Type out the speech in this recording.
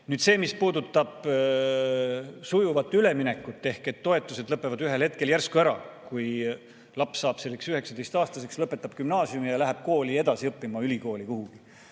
ole. See, mis puudutab sujuvat üleminekut, ehk seda, et toetused lõpevad ühel hetkel järsku ära, kui laps saab 19‑aastaseks, lõpetab gümnaasiumi ja läheb edasi õppima, ülikooli kuhugi.